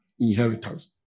inheritance